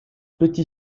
petit